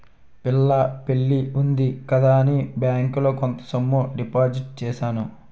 పిల్ల పెళ్లి ఉంది కదా అని బ్యాంకులో కొంత సొమ్ము డిపాజిట్ చేశాను